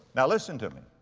now listen to me.